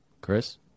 Chris